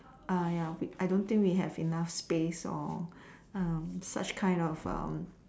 uh ya I don't think we have enough space or such kind of